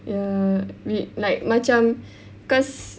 ya we like macam cause